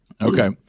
Okay